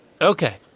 Okay